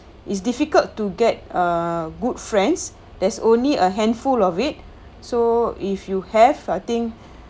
it's difficult to get uh good friends there's only a handful of it so if you have I think